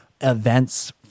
events